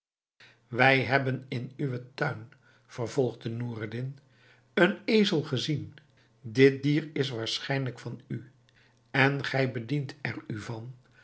wij hebben in uwen tuin vervolgde noureddin een ezel gezien dit dier is waarschijnlijk van u en gij bedient er u van